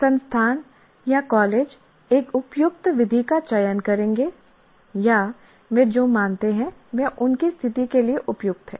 संस्थान या कॉलेज एक उपयुक्त विधि का चयन करेंगे या वे जो मानते हैं वह उनकी स्थिति के लिए उपयुक्त है